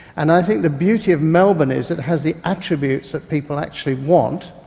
and i think the beauty of melbourne is it has the attributes that people actually want,